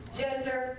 gender